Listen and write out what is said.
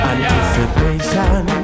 Anticipation